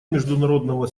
международного